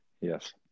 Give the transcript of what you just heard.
Yes